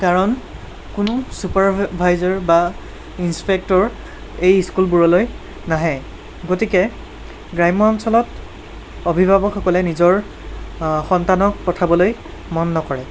কাৰণ কোনো ছুপাৰভাইজাৰ বা ইনছপেক্টৰ এই স্কুলবোৰলৈ নাহে গতিকে গ্ৰাম্য অঞ্চলত অভিভাৱকসকলে নিজৰ সন্তানক পঠাবলৈ মন নকৰে